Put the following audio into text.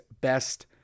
best